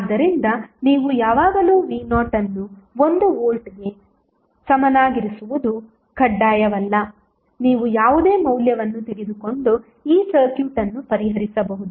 ಆದ್ದರಿಂದ ನೀವು ಯಾವಾಗಲೂ v0 ಅನ್ನು 1 ವೋಲ್ಟ್ಗೆ ಸಮನಾಗಿರಿಸುವುದು ಕಡ್ಡಾಯವಲ್ಲ ನೀವು ಯಾವುದೇ ಮೌಲ್ಯವನ್ನು ತೆಗೆದುಕೊಂಡು ಈ ಸರ್ಕ್ಯೂಟ್ ಅನ್ನು ಪರಿಹರಿಸಬಹುದು